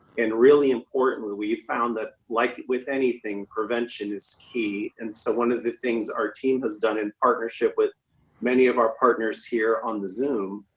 and really important, we've found that, like with anything, prevention is key. and so, one of the things our team has done in partnership with many of our partners here on the zoom,